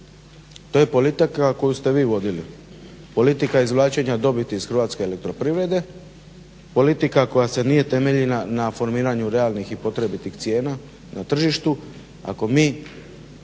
To je politika koju ste vi vodili, politika izvlačenja dobiti iz hrvatske elektroprivrede, politika koja nije temeljena na formiranju realnih i potrebitih cijena na tržištu. Ako mi